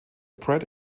pratt